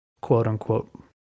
quote-unquote